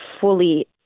fully